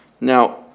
Now